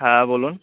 হ্যাঁ বলুন